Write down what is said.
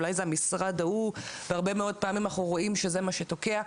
אולי זה המשרד ההוא והרבה מאוד פעמים אנחנו רואים שזה מה שתוקע,